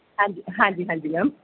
ਹਾਂਜੀ ਹਾਂਜੀ ਹਾਂਜੀ ਮੈਮ